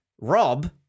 Rob